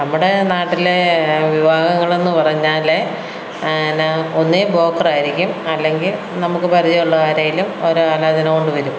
നമ്മുടെ നാട്ടിലെ വിവാഹങ്ങളെന്ന് പറഞ്ഞാലെ ഒന്നുകില് ബ്രോക്കർ ആയിരിക്കും അല്ലെങ്കില് നമുക്ക് പരിചയം ഉള്ള ആരേലും ഒരു ആലോചന കൊണ്ടുവരും